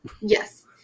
Yes